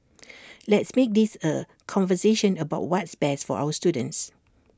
let's make this A conversation about what's best for our students